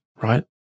right